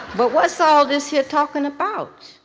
but what's all this here talkin' about,